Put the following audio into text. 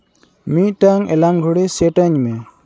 ᱢᱤᱫᱴᱟᱝ ᱮᱞᱟᱨᱢ ᱜᱷᱩᱲᱤ ᱥᱮᱴ ᱟᱹᱧ ᱢᱮ